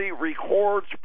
records